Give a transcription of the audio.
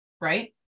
right